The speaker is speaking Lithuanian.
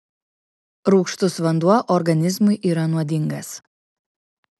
rūgštus vanduo organizmui yra nuodingas